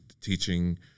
teaching